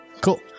Cool